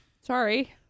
sorry